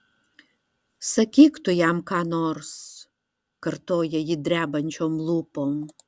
sakyk tu jam ką nors kartoja ji drebančiom lūpom